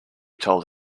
told